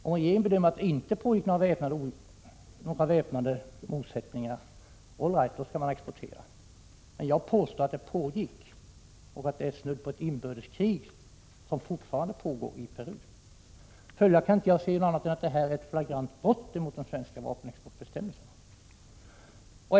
Om regeringen bedömer att det inte pågick några väpnade motsättningar — all right, då skall man exportera. Men jag påstår att det pågick sådana och var snudd på ett inbördeskrig som fortfarande pågår i Peru. Följaktligen kan jag inte se annat än att detta är ett flagrant brott mot de svenska vapenexportbestämmelserna.